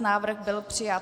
Návrh byl přijat.